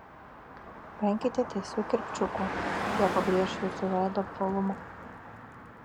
venkite tiesių kirpčiukų jie pabrėš jūsų veido apvalumą